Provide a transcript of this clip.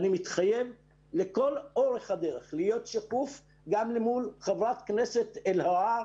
אני מתחייב לכל אורך הדרך להיות שקוף גם אל מול חברת הכנסת אלהרר